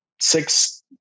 six